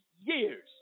years